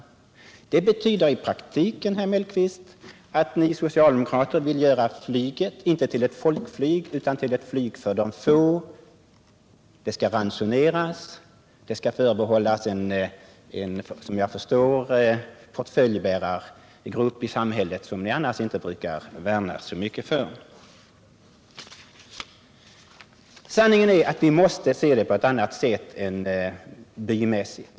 Det betyder i praktiken, herr Mellqvist, att ni socialdemo Nr 52 krater vill göra flyget inte till ett folkflyg utan till ett flyg för de få. Det skall ransoneras och det skall förbehållas en, som jag förstår, portföljbärargrupp i samhället, som ni annars inte brukar värna så mycket = om. Flygplatsfrågan i Så får ni inte se det!